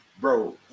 Bro